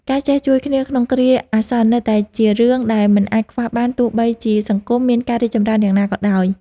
ការចេះជួយគ្នាក្នុងគ្រាអាសន្ននៅតែជារឿងដែលមិនអាចខ្វះបានទោះបីជាសង្គមមានការរីកចម្រើនយ៉ាងណាក៏ដោយ។